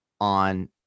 on